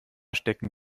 stecken